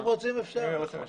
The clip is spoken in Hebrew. אם רוצים אפשר.